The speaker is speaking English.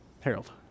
Harold